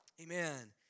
Amen